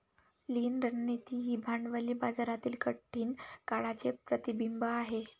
लीन रणनीती ही भांडवली बाजारातील कठीण काळाचे प्रतिबिंब आहे